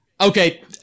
Okay